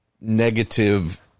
negative